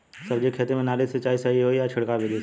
सब्जी के खेती में नाली से सिचाई सही होई या छिड़काव बिधि से?